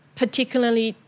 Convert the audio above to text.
particularly